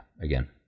again